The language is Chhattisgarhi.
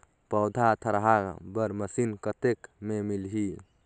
पौधा थरहा बर मशीन कतेक मे मिलही?